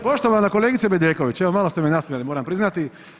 Dakle, poštovana kolegice Bedeković, evo malo ste me nasmijali moram priznati.